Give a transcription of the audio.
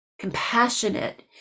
compassionate